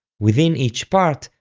within each part,